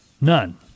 None